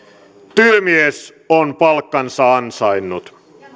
työmies on palkkansa ansainnut